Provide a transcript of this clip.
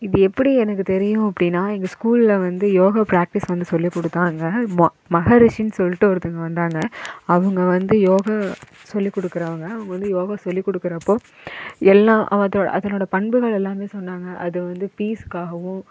இது எப்படி எனக்கு தெரியும் அப்படின்னா எங்கள் ஸ்கூலில் வந்து யோகா ப்ராக்டீஸ் வந்து சொல்லி கொடுத்தாங்க மஹரிஷின்னு சொல்லிட்டு ஒருத்தங்க வந்தாங்க அவங்க வந்து யோகா சொல்லி கொடுக்குறவங்க அவங்க வந்து யோகா சொல்லி கொடுக்குறப்போ எல்லா அது அதனோட பண்புகள் எல்லாமே சொன்னாங்க அது வந்து பீஸ்காகவும்